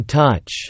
touch